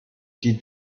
die